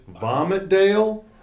Vomitdale